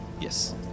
Yes